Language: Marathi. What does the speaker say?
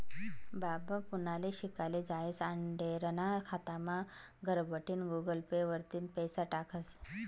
बाबा पुनाले शिकाले जायेल आंडेरना खातामा घरबठीन गुगल पे वरतीन पैसा टाकस